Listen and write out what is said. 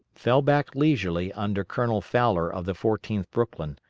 fell back leisurely under colonel fowler of the fourteenth brooklyn,